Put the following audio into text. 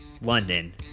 London